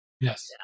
Yes